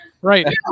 Right